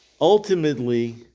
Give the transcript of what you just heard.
Ultimately